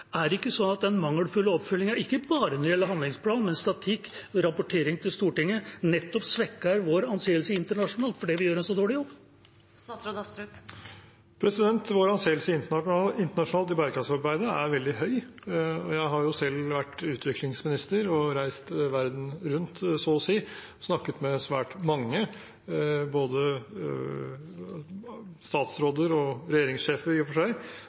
Er det ikke sånn at den mangelfulle oppfølgingen ikke bare når det gjelder handlingsplan, men også statistikk og rapportering til Stortinget, nettopp svekker vår anseelse internasjonalt fordi vi gjør en så dårlig jobb? Vår anseelse internasjonalt i bærekraftsarbeidet er veldig høy. Jeg har selv vært utviklingsminister og reist så å si verden rundt, snakket med svært mange både statsråder og regjeringssjefer